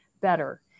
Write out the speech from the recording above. better